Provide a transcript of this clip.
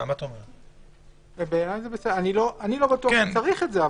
אני לא בטוח שצריך את זה,